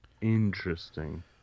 Interesting